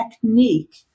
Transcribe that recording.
technique